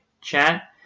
chat